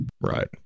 Right